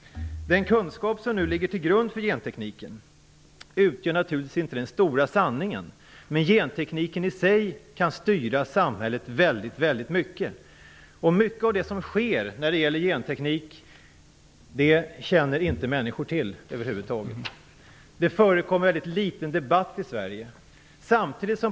Den kunskap som ligger till grund för gentekniken utgör naturligtvis inte den stora sanningen, men gentekniken i sig kan styra samhället mycket. En stor del av det som sker när det gäller genteknik känner människor över huvud taget inte till. Det förekommer väldigt litet debatt i Sverige.